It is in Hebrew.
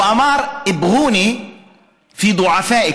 הוא אמר (אומר דברים בשפה הערבית